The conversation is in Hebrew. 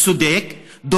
הצודק,